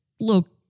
look